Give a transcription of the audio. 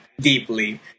deeply